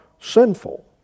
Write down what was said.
sinful